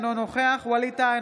אינו נוכח ווליד טאהא,